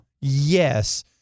Yes